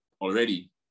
already